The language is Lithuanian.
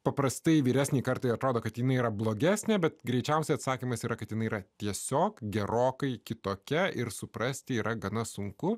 paprastai vyresnei kartai atrodo kad jinai yra blogesnė bet greičiausiai atsakymas yra katinai yra tiesiog gerokai kitokia ir suprasti yra gana sunku